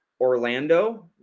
Orlando